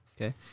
Okay